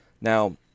Now